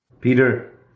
Peter